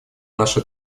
нашей